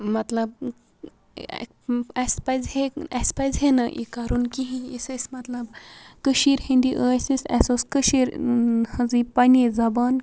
مَطلَب اَسہِ پَزِہا اَسہِ پَزِہَنہٕ یہِ کَرُن کِہیٖنۍ یُس أسۍ مَطلَب کٔشیٖر ہٕنٛدی ٲسۍ أسۍ اَسہِ اوس کٔشیٖر ہٕنٛزی پَننی زَبان